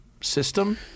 system